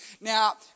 Now